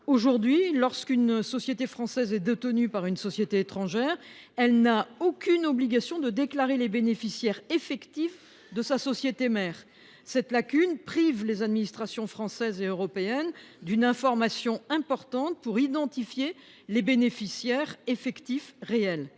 actuelle, lorsqu’une société française est détenue par une société étrangère, elle n’a aucune obligation de déclarer les bénéficiaires effectifs de sa société mère. Cette lacune prive les administrations françaises et européennes d’une information importante pour identifier les bénéficiaires effectifs réels.